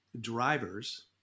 drivers